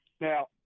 now